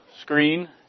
screen